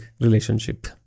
relationship